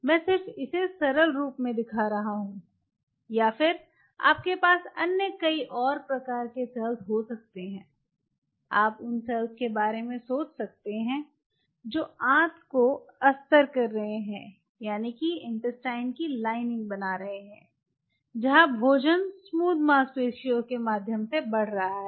मैं सिर्फ इसे सरल रूप में दिखा रहा हूं या फिर आपके पास अन्य कई और प्रकार के सेल्स हो सकते हैं आप उन सेल्स के बारे में सोच सकते हैं जो आंत को अस्तर कर रहे हैं जहां भोजन स्मूथ मांसपेशियों के माध्यम से बढ़ रहा है